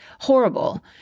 horrible